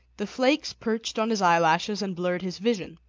the flakes perched on his eyelashes and blurred his vision,